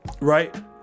Right